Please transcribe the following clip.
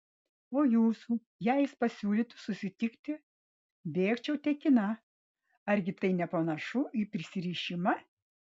o jūsų jei jis pasiūlytų susitikti bėgčiau tekina argi tai nepanašu į prisirišimą